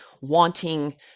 wanting